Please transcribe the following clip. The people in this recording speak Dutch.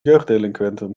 jeugddelinquenten